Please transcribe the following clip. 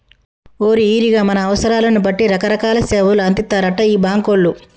ఓరి ఈరిగా మన అవసరాలను బట్టి రకరకాల సేవలు అందిత్తారటరా ఈ బాంకోళ్లు